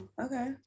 Okay